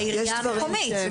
העירייה המקומית.